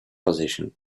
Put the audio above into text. position